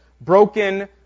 broken